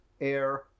air